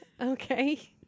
Okay